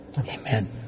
Amen